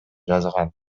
жазган